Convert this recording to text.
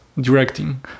directing